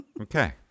Okay